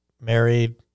married